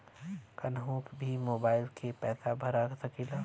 कन्हू भी मोबाइल के पैसा भरा सकीला?